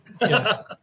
Yes